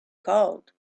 called